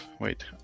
Wait